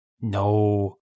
No